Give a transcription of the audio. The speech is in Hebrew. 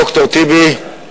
ד"ר טיבי,